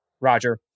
Roger